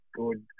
good